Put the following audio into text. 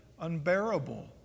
unbearable